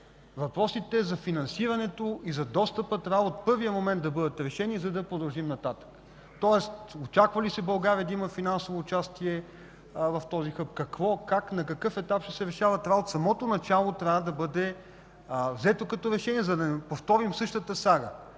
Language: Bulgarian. Въпросите за финансирането и за достъпа трябва от първия момент да бъдат решени, за да продължим нататък. Тоест, очаква ли се България да има финансово участие в този хъб, какво, как, на какъв етап ще се решават от самото начало трябва да бъде взето като решение, за да не повторим същата сага